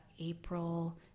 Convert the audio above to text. April